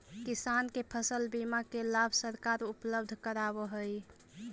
किसान के फसल बीमा के लाभ सरकार उपलब्ध करावऽ हइ